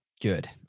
good